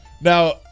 Now